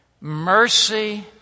mercy